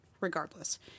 regardless